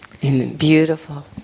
Beautiful